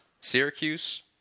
Syracuse